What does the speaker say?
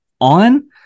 on